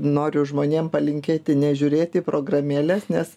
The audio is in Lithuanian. noriu žmonėm palinkėti nežiūrėti į programėles nes